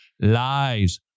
lies